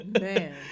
Man